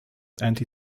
anti